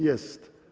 Jest.